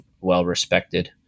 well-respected